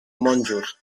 monjos